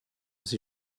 sie